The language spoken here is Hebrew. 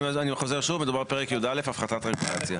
אני חוזר שוב, מדובר פרק י"א הפחתת רגולציה.